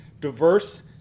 diverse